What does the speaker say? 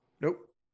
Nope